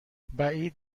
بعید